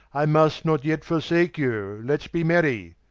i must not yet forsake you let's be merry,